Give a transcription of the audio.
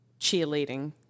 cheerleading